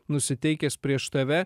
nusiteikęs prieš tave